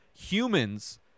humans